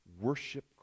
worship